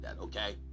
okay